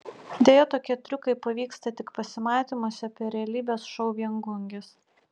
deja tokie triukai pavyksta tik pasimatymuose per realybės šou viengungis